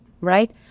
right